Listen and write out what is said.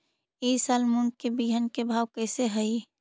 ई साल मूंग के बिहन के भाव कैसे हई?